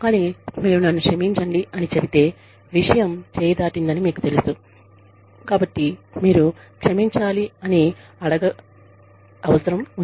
కానీ మీరు నన్ను క్షమించండి అని చెబితే విషయం చేతి దాటిందని మీకు తెలుసు కాబట్టి మీరు క్షమించాలి అని అడిగే అవసరం ఉంది